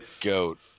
GOAT